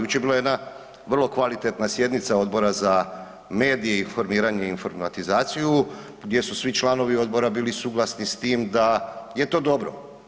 Jučer je bila jedna vrlo kvalitetna sjednica Odbora za medije, informiranje i informatizaciju gdje su svi članovi odbora bili suglasni s tim da je to dobro.